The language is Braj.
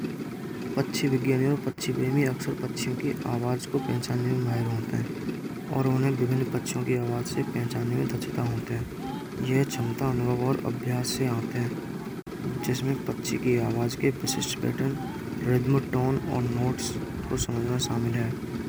पक्षी विज्ञानी और पक्षी प्रेमी, अक्सर पक्षी की आवाज़ को पहचानने में माहिर होत हैं। और उन्हें विभिन्न पक्षियों की आवाज़ से दक्षता होत हैं। यह क्षमता अनुभव और अभ्यास से आते हैं। जिसमें पक्षी की आवाज़ के विशिष्ट पैटर्न त्रेमोटॉर्न और नोड्स को समझनो शामिल हैं।